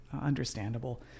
understandable